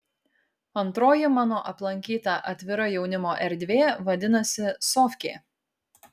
antroji mano aplankyta atvira jaunimo erdvė vadinasi sofkė